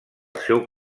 seu